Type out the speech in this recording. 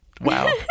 Wow